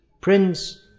prince